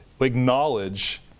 acknowledge